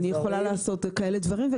אני יכולה לעשות כאלה דברים.